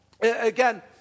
again